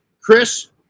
Chris